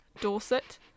Dorset